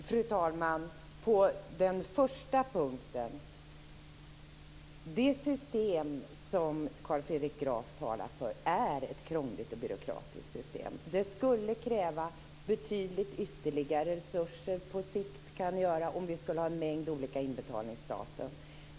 Fru talman! På den första punkten vill jag säga att det system som Carl Fredrik Graf talar för är ett krångligt och byråkratiskt system. Det skulle kräva ytterligare resurser på sikt, och vi skulle ha en mängd olika inbetalningsdatum.